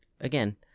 again